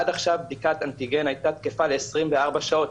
עד עכשיו בדיקת אנטיגן הייתה תקפה ל-24 שעות,